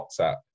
WhatsApp